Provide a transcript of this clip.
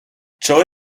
joy